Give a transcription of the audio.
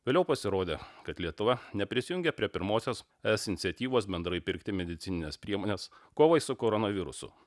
vėliau pasirodė kad lietuva neprisijungė prie pirmosios es iniciatyvos bendrai pirkti medicinines priemones kovai su koronavirusu